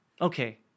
Okay